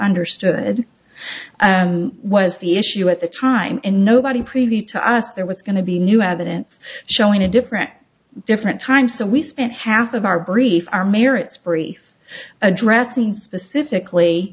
understood was the issue at the time and nobody preview to us there was going to be new evidence showing a different different time so we spent half of our brief our merits brief addressing specifically